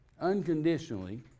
unconditionally